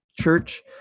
church